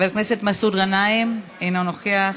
חבר הכנסת מסעוד גנאים אינו נוכח,